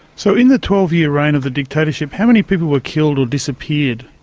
so in the twelve year reign of the dictatorship how many people were killed or disappeared?